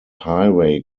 highway